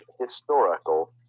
historical